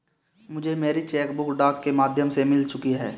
मुझे मेरी cheque book डाक के माध्यम से मिल चुकी है